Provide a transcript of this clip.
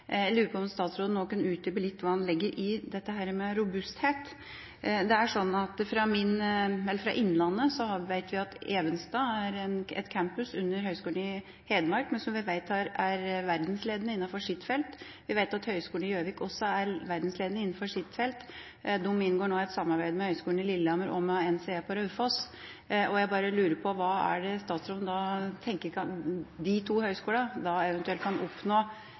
Jeg lurer på om statsråden nå kunne utdype litt hva han legger i dette med robusthet? Det er slik at fra innlandet vet vi at Evenstad er en campus under Høgskolen i Hedmark, som vi vet er verdensledende innenfor sitt felt. Vi vet at Høgskolen i Gjøvik også er verdensledende innenfor sitt felt. De inngår nå et samarbeid med Høgskolen i Lillehammer om NCE på Raufoss. Jeg bare lurer på: Hva er det statsråden da tenker at de to høgskolene eventuelt kan oppnå